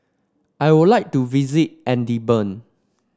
I would like to visit Edinburgh